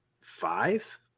five